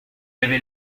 avait